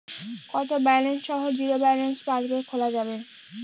কত ব্যালেন্স সহ zero balance পাসবই খোলা যাবে?